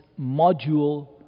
module